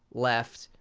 left,